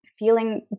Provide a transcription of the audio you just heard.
feeling